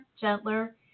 gentler